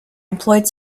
employed